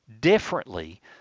differently